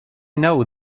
know